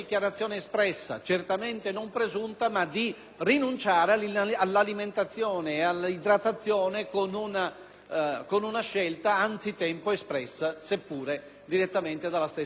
rinunciare all'alimentazione e all'idratazione con una scelta anzitempo espressa seppure direttamente dalla stessa persona. Questo punto rimane